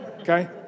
Okay